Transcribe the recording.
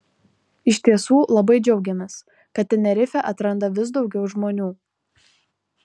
iš tiesų labai džiaugiamės kad tenerifę atranda vis daugiau žmonių